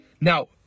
Now